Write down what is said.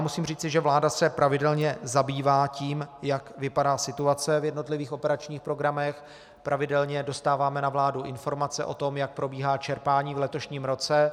Musím říci, že vláda se pravidelně zabývá tím, jak vypadá situace v jednotlivých operačních programech, pravidelně dostáváme na vládu informace o tom, jak probíhá čerpání v letošním roce.